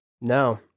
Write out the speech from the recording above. No